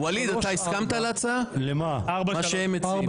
ווליד, אתה הסכמת להצעה שהם הציעו?